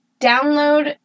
download